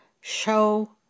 show